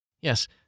Yes